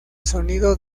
sonido